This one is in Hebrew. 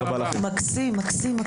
מקסים.